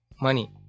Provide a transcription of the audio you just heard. money